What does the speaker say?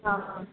ہاں ہاں